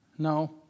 No